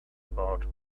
about